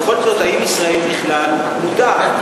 בכל זאת, האם ישראל בכלל מודעת?